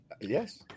Yes